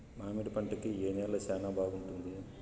మామిడి పంట కి ఏ నేల చానా బాగుంటుంది